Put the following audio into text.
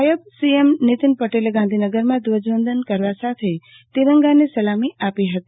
નાયબ સીએમ નિતીન પટેલે ગાંધીનગરમાં ધ્વજવંદન કરવા સાથે ત્રિરંગાને સલામી આપી હતી